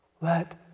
let